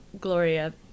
Gloria